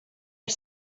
are